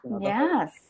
Yes